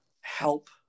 help